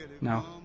No